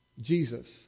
Jesus